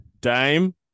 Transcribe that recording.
Dame